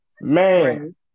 Man